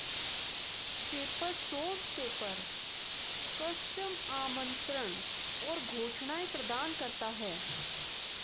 paper source paper, custom आमंत्रण और घोषणाएं प्रदान करता है